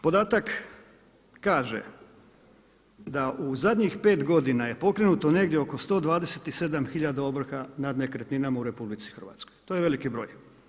Podatak kaže da u zadnjih 5 godina je pokrenuto negdje oko 127 hiljada ovrha nad nekretninama u RH, to je veliki broj.